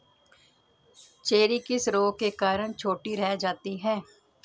Cherry किस रोग के कारण छोटी रह जाती है?